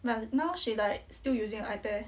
but now she like still using ipad eh